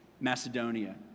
Macedonia